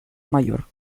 mayor